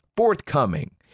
Forthcoming